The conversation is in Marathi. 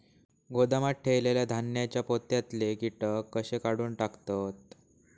गोदामात ठेयलेल्या धान्यांच्या पोत्यातले कीटक कशे काढून टाकतत?